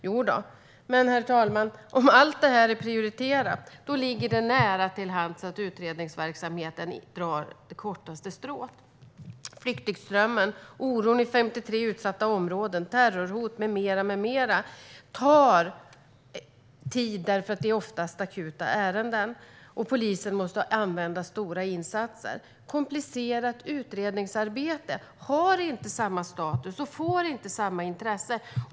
Jodå. Herr talman! Om allt detta är prioriterat, då ligger det nära till hands att utredningsverksamheten drar det kortaste strået. Flyktingströmmen, oron i 53 utsatta områden, terrorhot med mera tar tid därför att det oftast är akuta ärenden, och polisen måste använda stora insatser. Komplicerat utredningsarbete har inte samma status och får inte samma intresse.